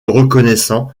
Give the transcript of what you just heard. reconnaissant